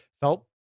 felt